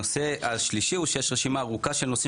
הנושא השלישי הוא שיש רשימה ארוכה של נושאים